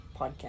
podcast